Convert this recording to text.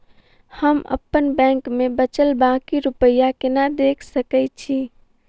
हम अप्पन बैंक मे बचल बाकी रुपया केना देख सकय छी?